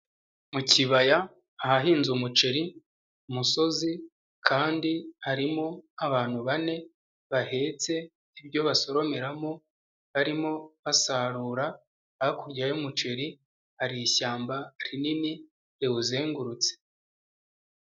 Mu kibaya ahahinze umuceri ku musozi kandi harimo abantu bane, bahetse ibyo basoromeramo barimo basarura, hakurya y'umuceri hari ishyamba rinini riwuzengurutse.